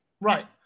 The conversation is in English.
Right